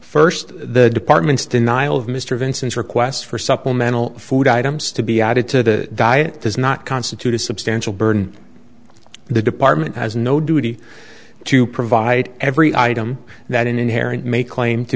first the department's denial of mr vincent's request for supplemental food items to be added to the diet does not constitute a substantial burden the department has no duty to provide every item that an inherent may claim to